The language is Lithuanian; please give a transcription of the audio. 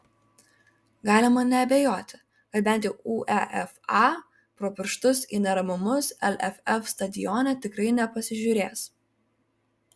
galima neabejoti kad bent jau uefa pro pirštus į neramumus lff stadione tikrai nepasižiūrės